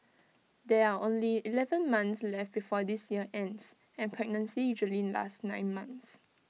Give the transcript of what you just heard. there are only Eleven months left before this year ends and pregnancy usually lasts nine months